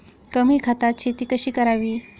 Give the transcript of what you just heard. कमी खतात शेती कशी करावी?